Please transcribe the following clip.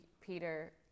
Peter